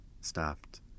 stopped